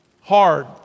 hard